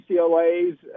UCLA's